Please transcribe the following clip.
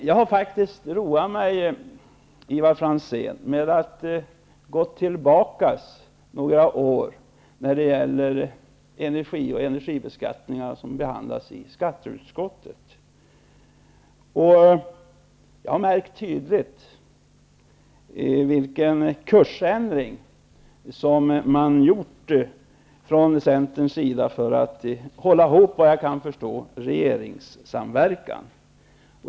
Jag har faktiskt roat mig, Ivar Franzén, med att gå tillbaka några år och titta på hur energibeskattningen har behandlats i skatteutskottet. Jag har tydligt märkt vilken kursändring centern har gjort, såvitt jag kan förstå för att hålla ihop regeringssamverkan.